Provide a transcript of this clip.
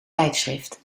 tijdschrift